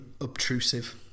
obtrusive